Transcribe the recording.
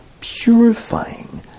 purifying